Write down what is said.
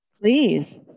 Please